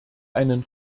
einen